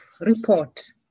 report